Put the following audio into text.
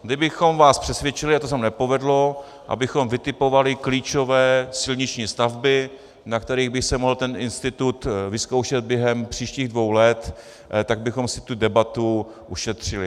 Kdybychom vás přesvědčili, a to se nám nepovedlo, abychom vytipovali klíčové silniční stavby, na kterých by se mohl ten institut vyzkoušet během příštích dvou let, tak bychom si tu debatu ušetřili.